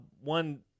One